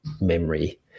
memory